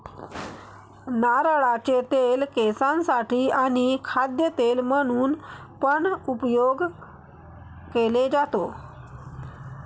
नारळाचे तेल केसांसाठी आणी खाद्य तेल म्हणून पण उपयोग केले जातो